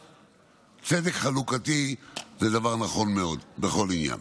צדק חלוקתי זה דבר נכון מאוד בכל עניין.